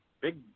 big